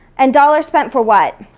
and dollar spent for what?